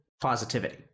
positivity